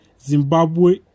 Zimbabwe